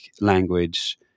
language